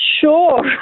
sure